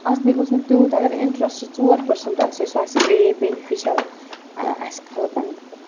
اَصلی گوٚژھ نہٕ تیوٗت اگر اِنٹرٛسٹ ژور پٔرسَنٛٹ آسہِ ہے سُہ آسہِ گٔییٚیہِ بیٚنِفِشَل اَسہِ خلقَن خٲطرٕ